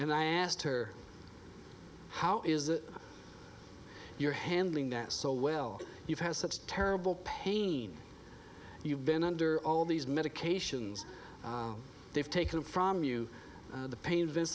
and i asked her how is it you're handling that so well you've had such terrible pain you've been under all these medications they've taken from you the pain vis